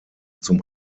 zum